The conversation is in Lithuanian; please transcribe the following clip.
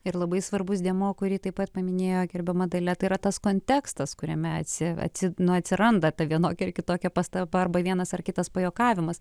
ir labai svarbus dėmuo kurį taip pat paminėjo gerbiama dalia tai yra tas kontekstas kuriame atsi nu atsiranda ta vienokia ar kitokia pastaba arba vienas ar kitas pajuokavimas